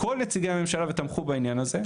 כל נציגי הממשלה ותמכו בעניין הזה,